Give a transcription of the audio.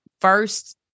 first